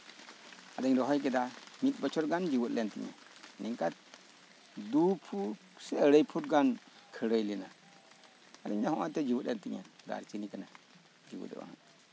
ᱟᱫᱚᱧ ᱨᱚᱦᱚᱭ ᱠᱮᱫᱟ ᱢᱤᱫ ᱵᱚᱪᱷᱚᱨ ᱜᱟᱱ ᱡᱤᱣᱭᱮᱫ ᱞᱮᱱ ᱛᱤᱧᱟᱹ ᱢᱮᱱᱠᱷᱟᱱ ᱫᱩ ᱯᱷᱩᱴ ᱥᱮ ᱟᱹᱲᱟᱹᱭ ᱯᱷᱩᱴ ᱜᱟᱱ ᱠᱷᱟᱹᱲ ᱦᱩᱭ ᱞᱮᱱᱟ ᱟᱫᱚᱧ ᱢᱮᱱᱫᱟ ᱱᱚᱜ ᱚᱭ ᱛᱚ ᱡᱮᱣᱭᱮᱫ ᱮᱱ ᱛᱤᱧᱟ ᱫᱟᱨᱪᱤᱱᱤ ᱠᱟᱱᱟ